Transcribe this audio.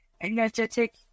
energetic